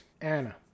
Anna